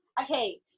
Okay